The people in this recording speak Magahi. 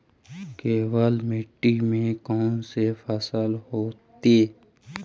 केवल मिट्टी में कौन से फसल होतै?